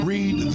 Read